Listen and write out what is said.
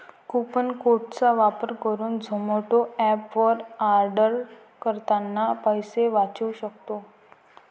coupon code चा वापर करुन झोमाटो एप वर आर्डर करतांना पैसे वाचउ सक्तो